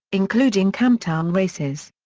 including camptown races.